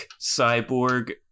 cyborg